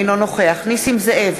אינו נוכח נסים זאב,